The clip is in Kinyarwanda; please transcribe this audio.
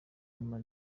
ama